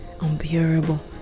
unbearable